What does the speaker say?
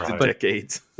decades